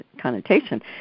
connotation